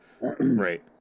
Right